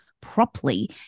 properly